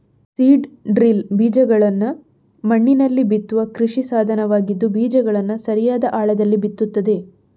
seed drill ಬೀಜಗಳನ್ನ ಮಣ್ಣಿನಲ್ಲಿ ಬಿತ್ತುವ ಕೃಷಿ ಸಾಧನವಾಗಿದ್ದು ಬೀಜಗಳನ್ನ ಸರಿಯಾದ ಆಳದಲ್ಲಿ ಬಿತ್ತುತ್ತದೆ